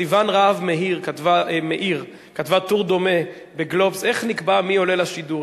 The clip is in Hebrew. סיון רהב-מאיר כתבה טור דומה ב"גלובס" איך נקבע מי עולה לשידור.